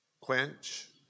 Quench